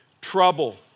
trouble